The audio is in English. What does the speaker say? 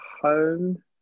home